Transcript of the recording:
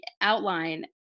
outline